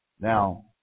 Now